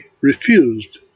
refused